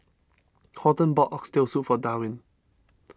Horton bought Oxtail Soup for Darwyn